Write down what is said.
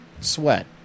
sweat